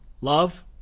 love